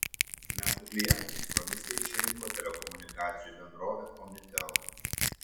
metų klientais komisija išrinko telekomunikacijų bendrovę omnitel